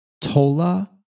Tola